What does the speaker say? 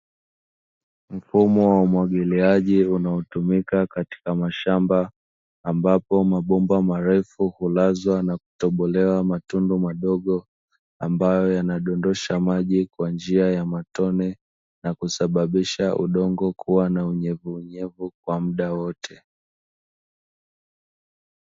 Mfumo wa umwagiliaji unaotumika katika mashamba ambapo mabomba marefu hulazwa na kutobolewa matundu madogo, ambayo yanadondosha maji kwa njia ya matone na kusababisha udongo kuwa na unyevuunyevu kwa muda wote.